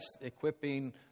equipping